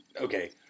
Okay